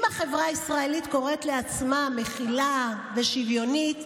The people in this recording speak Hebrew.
אם החברה הישראלית קוראת לעצמה "מכילה ושוויונית",